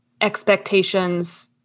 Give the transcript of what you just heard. expectations